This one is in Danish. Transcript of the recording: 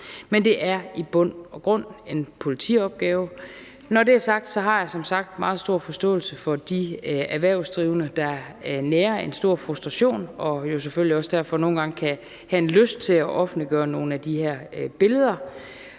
Men det er i bund og grund en politiopgave. Når det er sagt, har jeg som sagt meget stor forståelse for de erhvervsdrivende, der nærer en stor frustration, og jo selvfølgelig også derfor nogle gange kan have en lyst til at offentliggøre nogle af de her billeder.